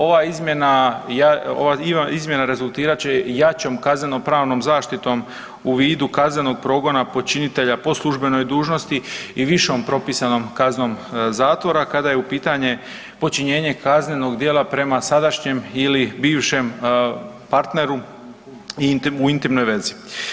Ova izmjena, ja, ova izmjena rezultirat će jačom kaznenopravnom zaštitom u vidu kaznenog progona počinitelja po službenoj dužnosti i višom propisanom kaznom zatvora kada je u pitanje počinjenje kaznenog djela prema sadašnjem ili bivšem partneru u intimnoj vezi.